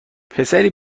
پسری